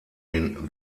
den